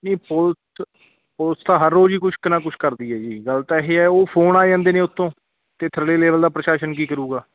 ਨਹੀਂ police police ਤਾਂ ਹਰ ਰੋਜ਼ ਹੀ ਕੁਛ ਕ ਨਾ ਕੁਛ ਕਰਦੀ ਹੈ ਜੀ ਗੱਲ ਤਾਂ ਇਹ ਹੈ ਉਹ ਫੋਨ ਆ ਜਾਂਦੇ ਨੇ ਉੱਤੋਂ ਤਾਂ ਥੱਲੇ ਲੇਵਲ ਦਾ ਪ੍ਰਸ਼ਾਸਨ ਕੀ ਕਰੂਗਾ